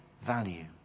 value